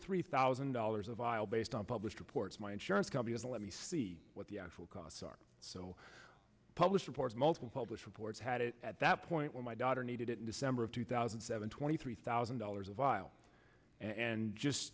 three thousand dollars a vial based on published reports my insurance company to let me see what the actual costs are so published reports multiple published reports had it at that point when my daughter needed it in december of two thousand and seven twenty three thousand dollars a vile and just